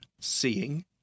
Seeing